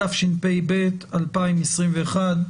התשפ"ב 2021,